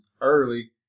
early